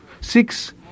Six